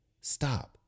Stop